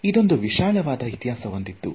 ಇದೊಂದು ವಿಶಾಲವಾದ ಇತಿಹಾಸ ಹೊಂದಿದ್ದು